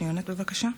בבקשה.